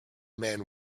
man